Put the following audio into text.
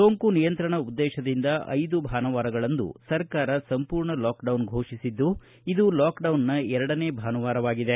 ಸೋಂಕು ನಿಯಂತ್ರಣ ಉದ್ದೇಶದಿಂದ ಐದು ಭಾನುವಾರಗಳಂದು ಸರ್ಕಾರ ಸಂರ್ಮೂರ್ಣ ಲಾಕ್ಡೌನ್ ಘೋಷಿಸಿದ್ದು ಇದು ಲಾಕ್ಡೌನ್ನ ಎರಡನೇ ಭಾನುವಾರವಾಗಿದೆ